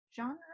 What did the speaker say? genre